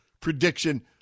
prediction